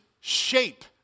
shape